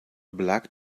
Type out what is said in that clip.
black